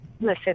listen